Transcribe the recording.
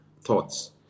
thoughts